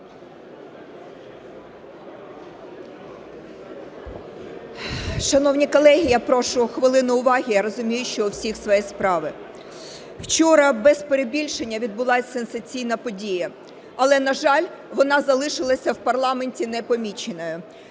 Шановні колеги, я прошу хвилину уваги, я розумію, що у всіх свої справи. Вчора, без перебільшення, відбулась сенсаційна подія, але, на жаль, вона залишилася в парламенті непоміченою.